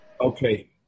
Okay